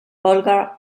olga